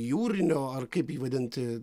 jūrinio ar kaip jį vadinti